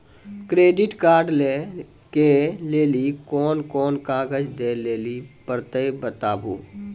Credit card लै के लेली कोने कोने कागज दे लेली पड़त बताबू?